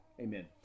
amen